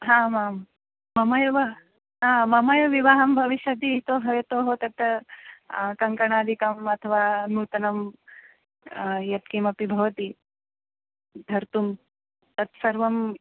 आमां मम एव मम एव विवाहं भविष्यति इति हेतोः तत् कङ्कणादिकम् अथवा नूतनं यत्किमपि भवति धर्तुं तत्सर्वम्